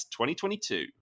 2022